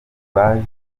baje